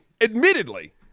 admittedly